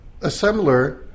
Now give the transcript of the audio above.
assembler